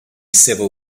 civil